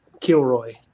Kilroy